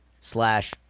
slash